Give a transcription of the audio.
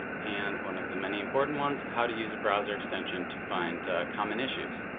and one of the many important ones how to use a browser extension to find common issues.